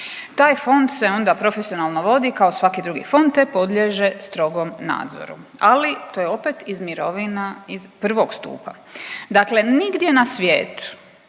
Taj fond se onda profesionalno vodi kao svaki drugi fond, te podliježe strogom nadzoru ali to je opet iz mirovina iz prvog stupa. Dakle, nigdje na svijetu